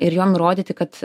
ir jom rodyti kad